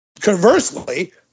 Conversely